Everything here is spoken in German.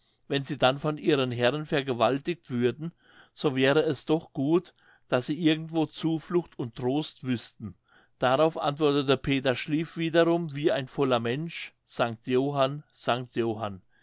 wenn sie dann von ihren herren vergewaltigt würden so wäre es doch gut daß sie irgendwo zuflucht und trost wüßten darauf antwortet peter schlieff wiederum wie ein voller mensch sanct johann sanct johann